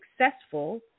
successful